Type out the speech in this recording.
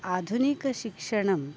आधुनिकशिक्षणं